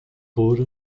por